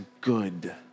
good